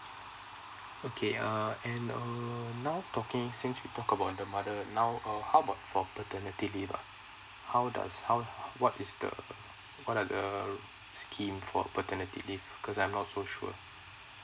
okay uh and um now talking since we talk about the mother now err how about for the paternity leave lah how does how what is the what are the scheme for paternity leave cause I'm not so sure